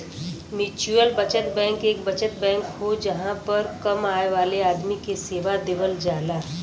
mutual बचत bank एक बचत बैंक हो जहां पर कम आय वाले आदमी के सेवा देवल जाला